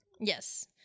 Yes